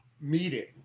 meeting